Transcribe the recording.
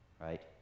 right